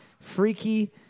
Freaky